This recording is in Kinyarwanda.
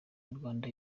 nyarwanda